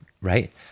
right